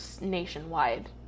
nationwide